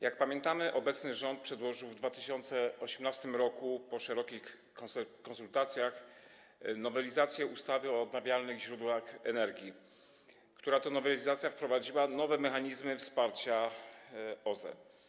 Jak pamiętamy, obecny rząd przedłożył 2018 r. po szerokich konsultacjach nowelizację ustawy o odnawialnych źródłach energii, która to nowelizacja wprowadziła nowe mechanizmy wsparcia OZE.